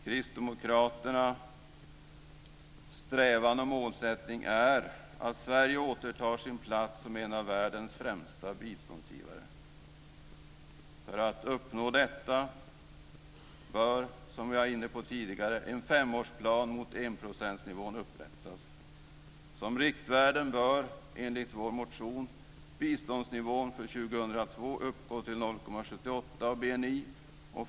Kristdemokraternas strävan och målsättning är att Sverige återtar platsen som en av världens främsta biståndsgivare. För att uppnå detta bör, som jag tidigare var inne på, en femårsplan mot enprocentsnivån upprättas. Som riktvärden bör, enligt vår motion, biståndsnivån för år 2002 uppgå till 0,78 % av BNI.